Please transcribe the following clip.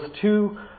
two